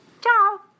Ciao